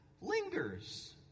lingers